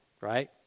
right